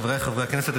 חבריי חברי הכנסת,